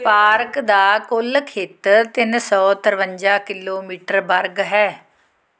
park ਦਾ ਕੁੱਲ ਖੇਤਰ ਤਿੰਨ ਸੌ ਤਰਵੰਜਾ ਕਿਲੋਮੀਟਰ ਵਰਗ ਹੈ